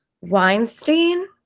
Weinstein